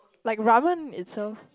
like ramen itself